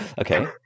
Okay